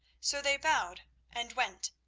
so they bowed and went,